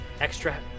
extra